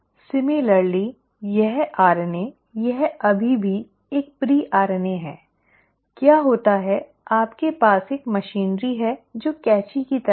इसी तरह यह RNA यह अभी भी एक pre RNA है ठीक है क्या होता है आपके पास एक मशीनरी है जो कैंची की तरह है